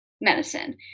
medicine